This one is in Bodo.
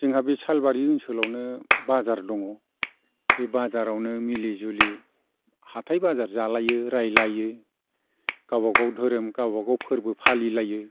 जोंहा बे सालबारि ओनसोलावनो बाजार दङ बे बाजारावनो मिलि जुलि हाथाय बाजार जालायो रायज्लायो गावबागाव धोरोम गावबागाव फोरबो फालि लायो